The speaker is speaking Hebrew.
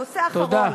נושא אחרון.